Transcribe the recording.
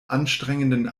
anstrengenden